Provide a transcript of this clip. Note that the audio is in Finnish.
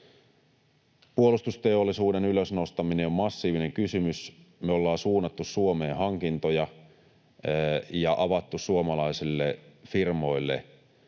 Puolustusteollisuuden ylös nostaminen on massiivinen kysymys. Me ollaan suunnattu Suomeen hankintoja ja avattu suomalaisille firmoille